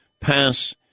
pass